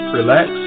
relax